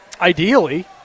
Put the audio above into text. ideally